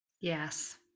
Yes